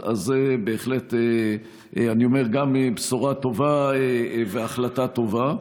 זאת בהחלט גם בשורה טובה והחלטה טובה.